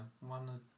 One